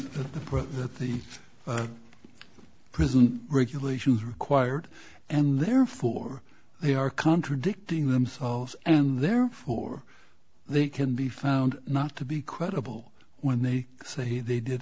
probe that the prison regulations required and therefore they are contradicting themselves and therefore they can be found not to be credible when they say they did